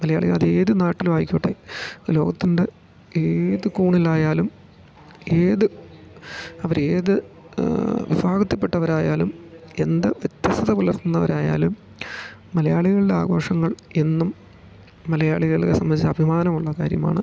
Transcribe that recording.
മലയാളികൾ അതേത് നാട്ടിലും ആയിക്കോട്ടെ ലോകത്തിൻ്റ ഏത് കോണിലായാലും ഏത് അവരേത് വിഫാഗത്ത്പ്പെട്ടവരായാലും എന്ത് വ്യത്യസ്ഥത പുലർത്ത്ന്നവരായാലും മലയാളികൾലാഘോഷങ്ങൾ എന്നും മലയാളികളെ സംബന്ധിച്ച് അഭിമാനമുള്ള കാര്യമാണ്